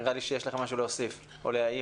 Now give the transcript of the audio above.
נראה לי שיש לו משהו להוסיף או להעיר.